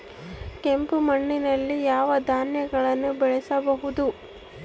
ಕೆಂಪು ಮಣ್ಣಲ್ಲಿ ಯಾವ ಧಾನ್ಯಗಳನ್ನು ಬೆಳೆಯಬಹುದು?